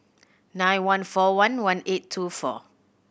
nine one four one one eight two four